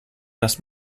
dass